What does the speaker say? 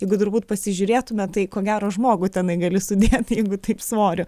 jeigu turbūt pasižiūrėtume tai ko gero žmogų tenai gali sudėti jeigu taip svoriu